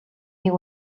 нэг